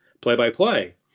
play-by-play